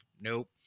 nope